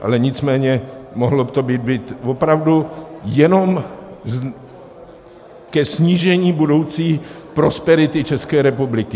Ale nicméně mohlo by to být opravdu jenom ke snížení budoucí prosperity České republiky.